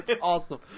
awesome